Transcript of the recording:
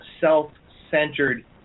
self-centered